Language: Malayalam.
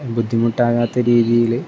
ബുദ്ധിമുട്ടാകാത്ത രീതിയിൽ